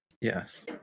yes